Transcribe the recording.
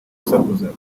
usakuza